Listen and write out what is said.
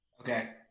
Okay